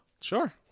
Sure